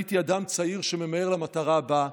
הייתי אדם צעיר שממהר למטרה הבאה,